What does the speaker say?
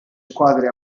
squadre